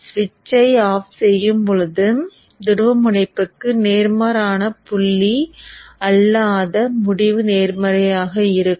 சுவிட்ச்ஐ off செய்யும்போது துருவமுனைப்புக்கு நேர்மாறான புள்ளி அல்லாத முடிவு நேர்மறையாக இருக்கும்